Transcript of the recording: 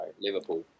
Liverpool